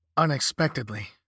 Unexpectedly